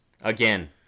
Again